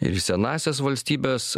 ir į senąsias valstybes